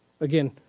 Again